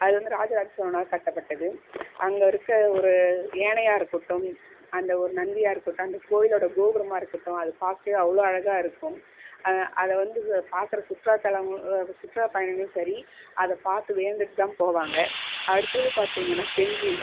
அது வந்து ராஜராஜ சோழனாலே கட்டப்பட்டது அங்கே இருக்கற ஒரு யானையாக இருக்கட்டும் அந்த ஒரு நந்தியாக இருக்கட்டும் அந்த கோவிலோடய கோபுரமாக இருக்கட்டும் அது பார்க்கவே அவ்வளோவு அழகாக இருக்கும் அதை வந்து பார்க்கிற சுற்றுலா தலம் சுற்றுலா பயணிகளும் சரி அஹை பார்த்து வியந்துவிட்டு தான் போவாங்க அடுத்தது பார்த்தீங்கனா செஞ்சி